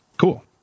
Cool